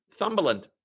Thumberland